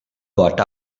got